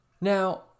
Now